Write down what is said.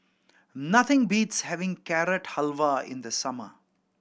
nothing beats having Carrot Halwa in the summer